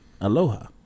aloha